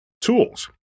tools